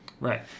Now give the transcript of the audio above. Right